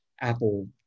Apple